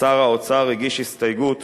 שר האוצר הגיש הסתייגות